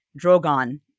Drogon